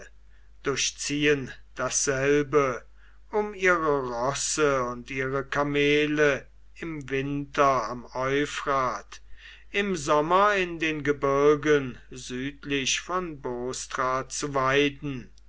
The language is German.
durchziehen dasselbe um ihre rosse und ihre kamele im winter am euphrat im sommer in den gebirgen südlich von bostra zu weiden